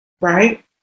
right